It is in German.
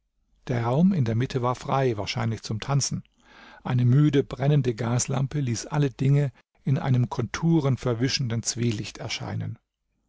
der raum in der mitte war frei wahrscheinlich zum tanzen eine müde brennende gaslampe ließ alle dinge in einem konturenverwischenden zwielicht erscheinen